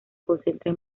concentra